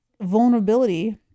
vulnerability